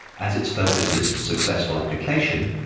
as its focus is successful application,